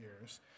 years